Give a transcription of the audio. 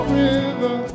river